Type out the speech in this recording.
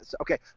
Okay